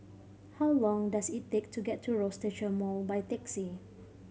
how long does it take to get to Rochester Mall by taxi